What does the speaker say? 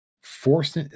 forced